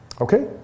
Okay